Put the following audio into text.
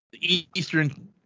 eastern